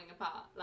apart